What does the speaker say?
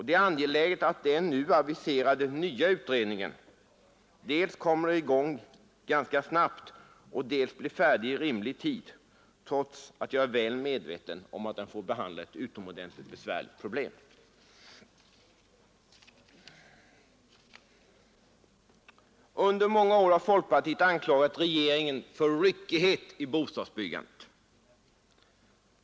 Det är angeläget att den nu aviserade nya utredningen dels kommer i gång ganska snabbt, dels blir färdig i rimlig tid, trots att jag är väl medveten om att den får behandla ett utomordentligt besvärligt problem. Under många år har folkpartiet anklagat regeringen för ryckighet i bostadsbyggandet.